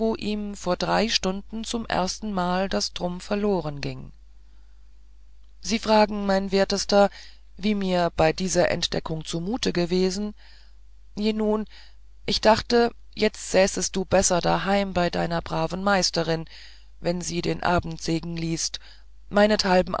ihm vor drei stunden zum erstenmal das trumm verlorenging sie fragen meine wertesten wie mir bei dieser entdeckung zumute gewesen je nun ich dachte jetzt säßest du besser daheim bei deiner braven meisterin wenn sie den abendsegen liest meinethalben